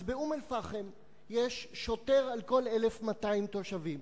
אז באום-אל-פחם יש שוטר לכל 1,200 תושבים,